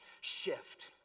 shift